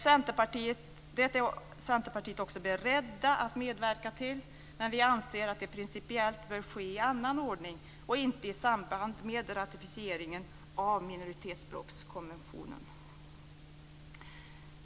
Detta är Centerpartiet också berett att medverka till, men vi anser att det principiellt bör ske i annan ordning och inte i samband med ratificeringen av minoritetsspråkskonventionen.